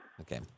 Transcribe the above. Okay